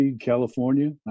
California